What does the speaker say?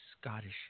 Scottish